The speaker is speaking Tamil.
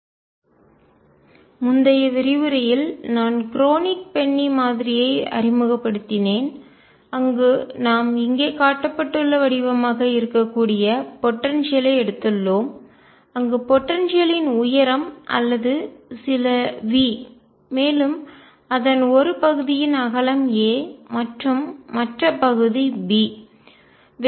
பீரியாடிக் டிராக் டெல்டா பங்ஷன் மற்றும் எனர்ஜி பேன்ட்ஸ் கொண்ட க்ரோனிங் பென்னி மாதிரி முந்தைய விரிவுரையில் நான் க்ரோனிக் பென்னி மாதிரியை அறிமுகப்படுத்தினேன் அங்கு நாம் இங்கே காட்டப்பட்டுள்ள வடிவமாக இருக்கக்கூடிய போடன்சியல் ஆற்றல் ஐ எடுத்துள்ளோம் அங்கு போடன்சியல்லின் ஆற்றல் உயரம் அல்லது சில V மேலும் அதன் ஒரு பகுதியின் அகலம் a மற்றும் மற்ற பகுதி b